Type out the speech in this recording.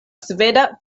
sveda